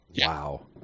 Wow